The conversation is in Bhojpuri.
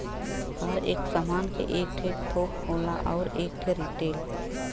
हर एक सामान के एक ठे थोक होला अउर एक ठे रीटेल